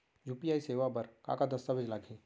UPI सेवा बर का का दस्तावेज लागही?